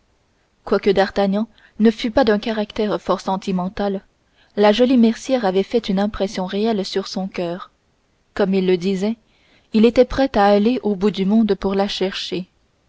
quoique d'artagnan ne fût pas d'un caractère fort sentimental la jolie mercière avait fait une impression réelle sur son coeur comme il le disait il était prêt à aller au bout du monde pour la chercher